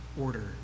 order